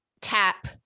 Tap